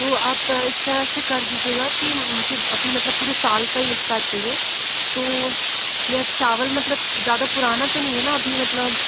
तो आप इस तरह से कर दीजिएगा कि मुझे अभी मतलब पूरे साल का एक साथ चाहिए तो यह चावल मतलब ज़्यादा पुराना तो नहीं है ना अभी मतलब